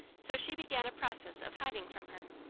so she began a process of hiding from her.